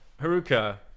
haruka